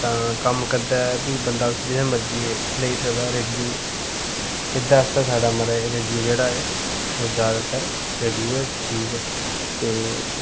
तां कम्म करदा बी बंदा उस्सी जित्थै मर्जी लेई सकदा रेडियो गी इस आस्तै साढ़ा रेडियो जेह्ड़ा ऐ ओह् जैदातर रेडियो गै ठीक ऐ ते